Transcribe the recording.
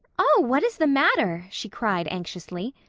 oh, what is the matter? she cried anxiously.